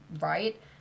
right